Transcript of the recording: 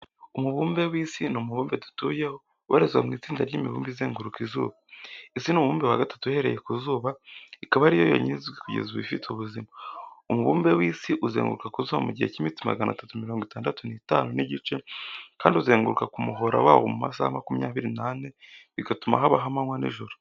Umubumbe w'isi ni umubumbe dutuyeho, ubarizwa mu itsinda ry'imibumbe izenguruka izuba. Isi ni umubumbe wa gatatu uhereye ku izuba, ikaba ari yo yonyine izwi kugeza ubu ifite ubuzima. Umubumbe w'isi uzenguruka ku zuba mu gihe cy'iminsi magana atatu mirongo itandatu n'itanu n'igice, kandi uzenguruka ku muhora wawo mu masaha makumyabiri n'ane bigatuma habaho amanywa n'ijoro.